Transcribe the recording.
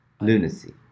lunacy